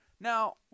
Now